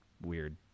weird